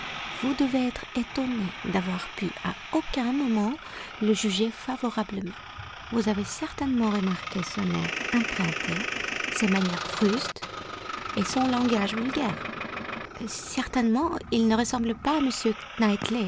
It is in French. vous devez être étonnée d'avoir pu à aucun moment le juger favorablement vous avez certainement remarqué son air emprunté ses manières frustes et son langage vulgaire certainement il ne ressemble pas à